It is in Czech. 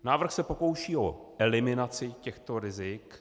Návrh se pokouší o eliminaci těchto rizik.